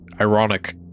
Ironic